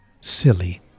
silly